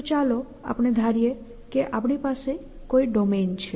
તો ચાલો આપણે ધારીએ કે આપણી પાસે કોઈ ડોમેન છે